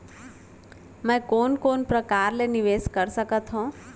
मैं कोन कोन प्रकार ले निवेश कर सकत हओं?